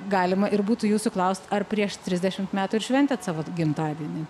galima ir būtų jūsų klaust ar prieš trisdešimt metų ir šventėt savo gimtadienį